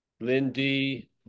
Lindy